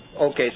Okay